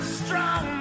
strong